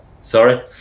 Sorry